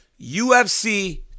UFC